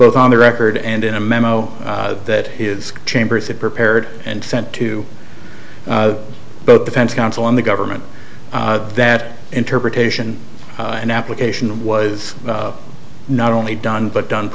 both on the record and in a memo that his chambers had prepared and sent to both defense counsel and the government that interpretation and application was not only done but done